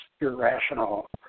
irrational